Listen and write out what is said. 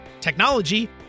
technology